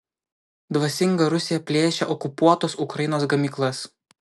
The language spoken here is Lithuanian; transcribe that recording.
dvasinga rusija plėšia okupuotos ukrainos gamyklas